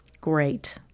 great